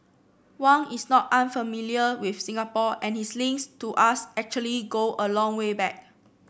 Wang is not unfamiliar with Singapore and his links to us actually go a long way back